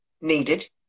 needed